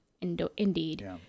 indeed